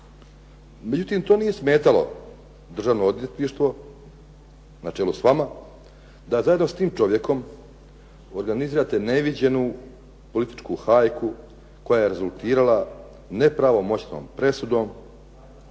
Međutim to nije smetalo Državno odvjetništvo, na čelu s vama, da zajedno s tim čovjekom organizirate neviđenu političku hajku koja je rezultirala nepravomoćnom presudom